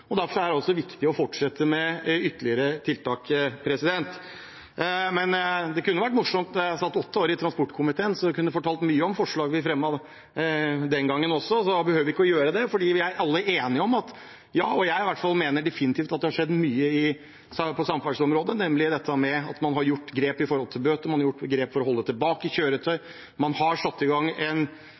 Derfor er det også viktig å fortsette med ytterligere tiltak. Jeg satt åtte år i transportkomiteen, og selv om det kunne ha vært morsomt å fortelle mye om forslag vi fremmet den gangen, behøver jeg ikke å gjøre det, for vi er alle enige om mye. Og i hvert fall jeg mener definitivt at det har skjedd mye på samferdselsområdet, nemlig at man har tatt grep når det gjelder bøter, man har tatt grep for å holde tilbake kjøretøy, man har satt i gang